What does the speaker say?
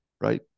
right